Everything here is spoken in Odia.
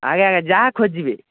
ଆଜ୍ଞା ଆଜ୍ଞା ଯାହା ଖୋଜିବେ